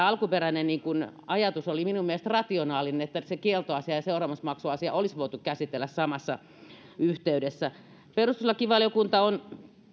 alkuperäinen ajatus oli minun mielestäni rationaalinen että kieltoasia ja seuraamusmaksuasia olisi voitu käsitellä samassa yhteydessä perustuslakivaliokunta on